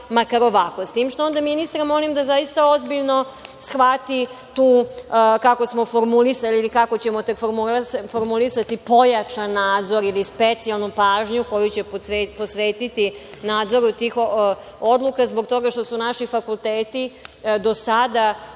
makar ovako.S tim što onda ministra molim da zaista ozbiljno shvati kako smo formulisali, ili kako ćemo tek formulisati pojačan nadzor, ili specijalnu pažnju koju će posvetiti nadzoru tih odluka zbog toga što su naši fakulteti do sada